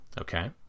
okay